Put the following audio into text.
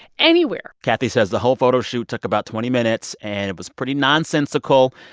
anywhere kathy says the whole photo shoot took about twenty minutes, and it was pretty nonsensical,